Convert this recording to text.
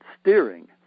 steering